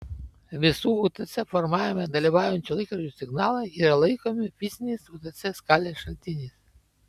visų utc formavime dalyvaujančių laikrodžių signalai yra laikomi fiziniais utc skalės šaltiniais